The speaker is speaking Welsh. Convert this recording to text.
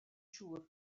siŵr